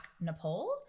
Nepal